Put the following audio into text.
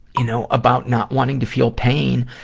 you know, about not wanting to feel pain.